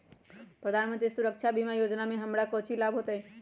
प्रधानमंत्री सुरक्षा बीमा योजना से हमरा कौचि लाभ होतय?